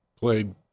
played